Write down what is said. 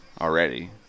already